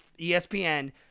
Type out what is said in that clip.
ESPN